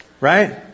Right